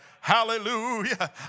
Hallelujah